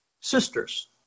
sisters